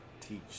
teach